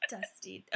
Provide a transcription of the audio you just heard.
Dusty